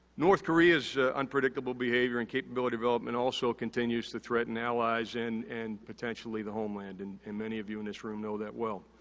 north korea's unpredictable behavior and capability development also continues to threaten allies and potentially the homeland and and many of you in this room know that well.